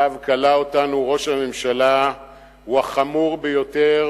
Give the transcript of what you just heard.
שאליו כלא אותנו ראש הממשלה הוא החמור ביותר